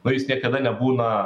kuris niekada nebūna